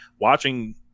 watching